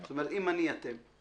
וזו הבעיה שלי איתכם.